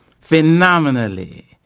phenomenally